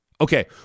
Okay